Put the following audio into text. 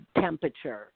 temperature